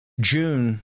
June